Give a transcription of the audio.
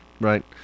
right